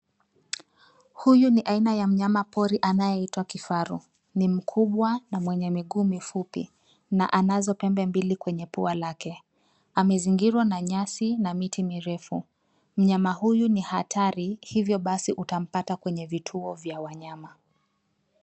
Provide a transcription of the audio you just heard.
Huyu ni aina ya mnyama pori anayeitwa kifaru. Ni mkubwa na mwenye miguu mifupi na anazo pembe mbili kwenye pua lake. Amezingirwa na nyasi na miti mirefu. Mnyama huyu ni hatari hivyo basi utampata kwenye vituo vya wanyama.